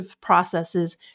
processes